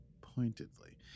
pointedly